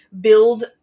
build